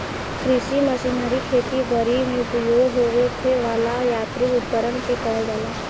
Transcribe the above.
कृषि मशीनरी खेती बरी में उपयोग होखे वाला यांत्रिक उपकरण के कहल जाला